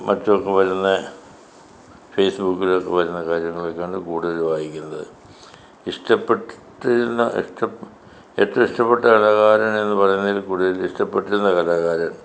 മറ്റുമൊക്കെ വരുന്ന ഫെയിസ്ബുക്കിലൊക്കെ വരുന്ന കാര്യങ്ങളുമൊക്കെയാണ് കൂടുതൽ വായിക്കുന്നത് ഇഷ്ടപ്പെട്ടിരുന്ന ഏറ്റവും ഇഷ്ടപ്പെട്ട കലാകാരനെന്ന് പറയുന്നതിൽ കൂടി ഇഷ്ടപ്പെട്ടിരുന്ന കലാകാരൻ